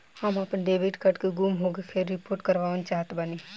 हम आपन debit card के गुम होखे के रिपोर्ट करवाना चाहत बानी